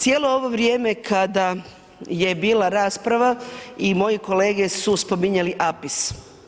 Cijelo ovo vrijeme kada je bila rasprava i moji kolege su spominjali APIS.